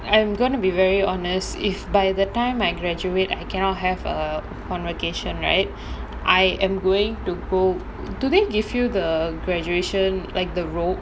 I am going to be very honest if by the time I graduate I cannot have a convocation right I am going to go do they give you the graduation like the robe